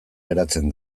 geratzen